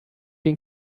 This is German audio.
den